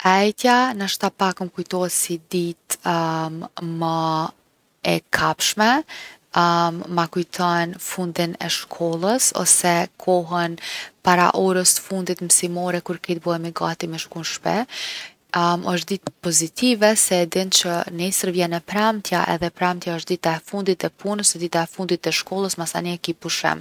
E ejtja nashta pak m’kujtohet si ditë ma e kapshme. ma kujton fundin e shkollës ose kohën para orës t’fundit msimore kur krejt bohemi gati me shku n’shpi. osht ditë pozitive se e din që nesër vjen e premtja edhe e din që e premtja osht dita e fundit e punës, o dita e fundit e shkollës, masanej e ki pushim.